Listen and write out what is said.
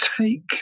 take